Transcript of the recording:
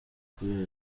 kubera